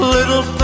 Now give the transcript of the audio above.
Little